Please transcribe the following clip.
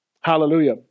Hallelujah